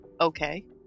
Okay